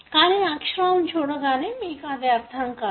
కానీ ఆ అక్షరాలను చూడగానే మీకు అది అర్థం కాదు